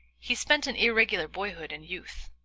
he spent an irregular boyhood and youth.